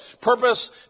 purpose